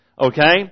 okay